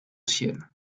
ciel